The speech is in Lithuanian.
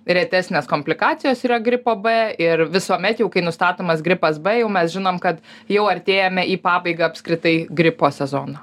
retesnės komplikacijos yra gripo b ir visuomet jau kai nustatomas gripas b jau mes žinom kad jau artėjame į pabaigą apskritai gripo sezono